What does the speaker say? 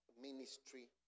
ministry